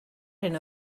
hyn